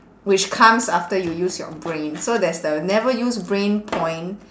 which comes after you use your brain so there's the never use brain point